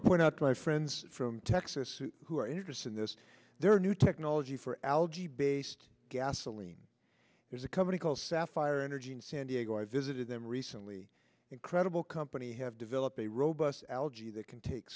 to point out to my friends from texas who are interested in this there are new technology for algae based gasoline there's a company called sapphire energy in san diego i visited them recently incredible company have developed a robust algae that can take